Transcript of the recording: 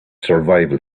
survival